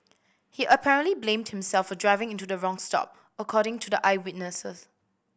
he apparently blamed himself for driving into the wrong stop according to the eyewitnesses